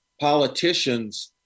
politicians